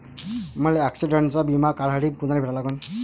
मले ॲक्सिडंटचा बिमा काढासाठी कुनाले भेटा लागन?